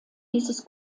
dieses